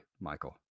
Michael